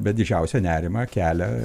bet didžiausią nerimą kelia